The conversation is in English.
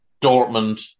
Dortmund